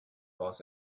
was